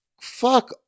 fuck